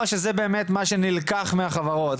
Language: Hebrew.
או שזה באמת מה שנלקח מהחברות?